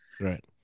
Right